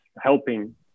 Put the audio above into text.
helping